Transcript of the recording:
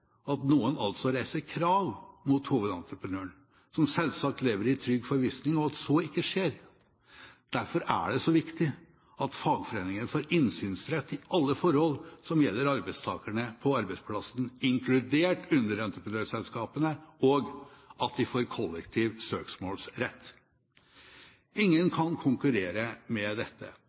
at noen reiser krav mot hovedentreprenøren, som selvsagt lever i trygg forvissning om at så ikke skjer. Derfor er det så viktig at fagforeningene får innsynsrett i alle forhold som gjelder arbeidstakerne på arbeidsplassen, inkludert underentreprenørselskapene, og at de får kollektiv søksmålsrett. Ingen kan konkurrere med dette,